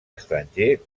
estranger